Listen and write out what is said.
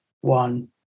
one